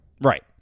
right